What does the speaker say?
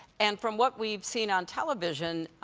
and from what we've seen on television,